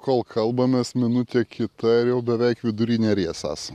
kol kalbamės minutė kita ir jau beveik vidury neries esam